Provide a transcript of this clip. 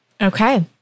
Okay